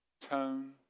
tone